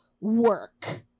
work